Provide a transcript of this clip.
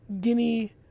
guinea